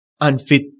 unfit